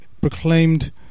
proclaimed